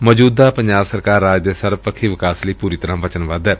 ਮੌਜੂਦਾ ਪੰਜਾਬ ਸਰਕਾਰ ਰਾਜ ਦੇ ਸਰਬਪੱਖੀ ਵਿਕਾਸ ਲਈ ਪੁਰੀ ਤਰਾਂ ਵਚਨਬੱਧ ਏ